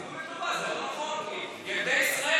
אז עיגול לטובה זה לא נכון, כי ילדי ישראל